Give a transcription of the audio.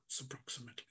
approximately